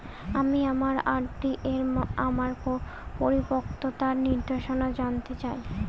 আমি আমার আর.ডি এর আমার পরিপক্কতার নির্দেশনা জানতে চাই